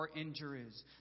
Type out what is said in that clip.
injuries